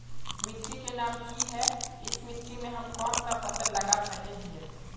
मिट्टी के नाम की है इस मिट्टी में हम कोन सा फसल लगा सके हिय?